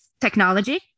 technology